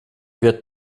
wird